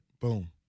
boom